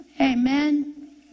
Amen